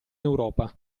europa